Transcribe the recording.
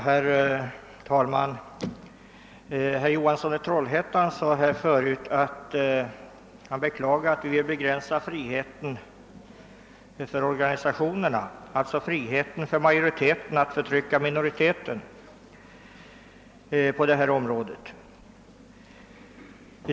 Herr talman! Herr Johansson i Trollhättan beklagade att vi vill begränsa friheten för organisationerna — alltså i detta fall friheten för majoriteten att förtrycka minoriteten.